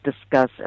discuss